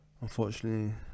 Unfortunately